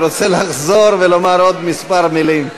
רוצה לחזור ולומר עוד כמה מילים,